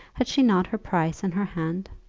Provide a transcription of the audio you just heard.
had she not her price in her hand?